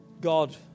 God